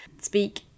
speak